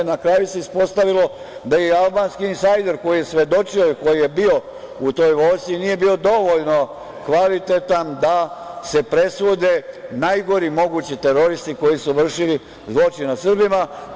Na kraju se ispostavilo da je i albanski insajder koji je svedočio i koji je bio u toj vojsci nije bio dovoljno kvalitetan da se presude najgori mogući teroristi koji su vršili zločin nad Srbima.